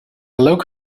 look